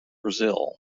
brazil